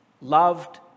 loved